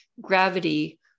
gravity